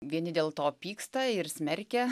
vieni dėl to pyksta ir smerkia